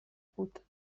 بود